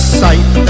sight